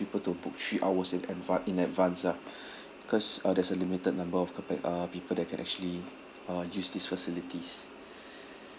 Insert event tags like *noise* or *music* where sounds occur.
people to book three hours in adva~ in advance ah *breath* because uh there's a limited number of capa~ uh people that can actually uh use this facilities *breath*